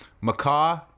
macaw